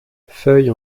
feuilles